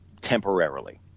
temporarily